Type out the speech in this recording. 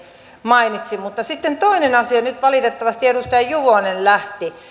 mainitsin mutta sitten toinen asia vaikka nyt valitettavasti edustaja juvonen lähti